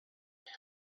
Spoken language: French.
elle